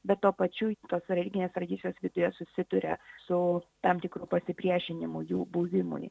bet tuo pačiu tos religinės tradicijos viduje susiduria su tam tikru pasipriešinimu jų buvimui